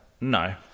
No